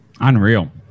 Unreal